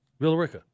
Villarica